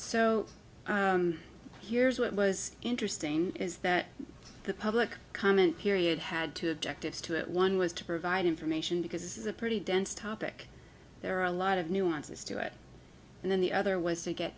so here's what was interesting is that the public comment period had two objectives to it one was to provide information because this is a pretty dense topic there are a lot of nuances to it and then the other was to get